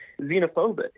xenophobic